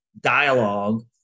dialogue